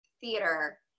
theater